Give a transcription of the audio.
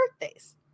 birthdays